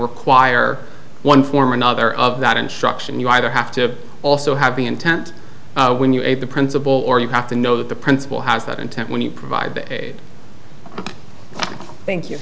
require one form or another of that instruction you either have to also have the intent when you eat the principal or you have to know that the principal has that intent when you provide a thank you